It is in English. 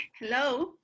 Hello